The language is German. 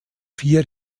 vier